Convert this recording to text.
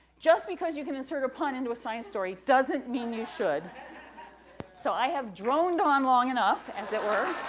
just because you can assert a pun into a science story doesn't mean you should. speaker so, i have droned on long enough, as it were.